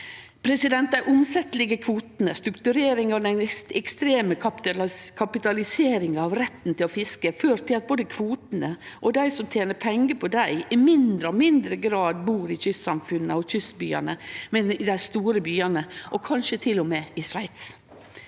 fiskarar. Dei omsetjelege kvotane, struktureringa og den ekstreme kapitaliseringa av retten til å fiske har ført til at både kvotane og dei som tener pengar på dei, i mindre og mindre grad bur i kystsamfunna og kystbyane, men i dei store byane, og kanskje til og med i Sveits.